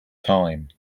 time